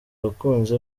abakunzi